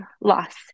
loss